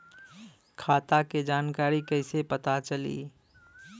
खाता के जानकारी कइसे पता चली?